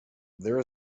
there